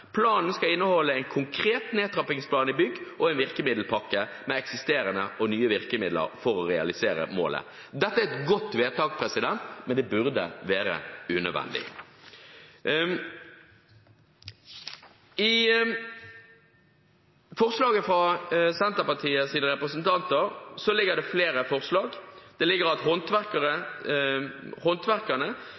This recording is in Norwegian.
Planen skal inneholde en konkret nedtrappingsplan i bygg og en virkemiddelpakke med eksisterende og nye virkemidler for å realisere målet.» Dette er et godt vedtak, men det burde være unødvendig. I forslaget fra Senterpartiets representanter ligger det flere forslag. Det ligger forslag om at håndverkerne